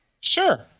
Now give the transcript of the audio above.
sure